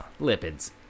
Lipids